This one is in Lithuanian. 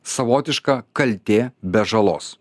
savotiška kaltė be žalos